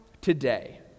today